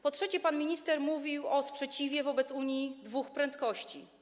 Po trzecie, pan minister mówił o sprzeciwie wobec Unii dwóch prędkości.